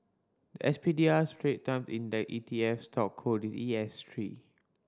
the S P D R Strait Time Index E T F stock code is E S three